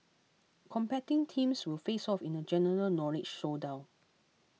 competing teams will face off in a general knowledge showdown